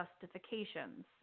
justifications